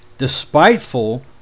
Despiteful